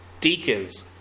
Deacons